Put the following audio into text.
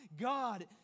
God